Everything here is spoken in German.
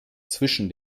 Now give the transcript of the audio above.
zwischen